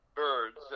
birds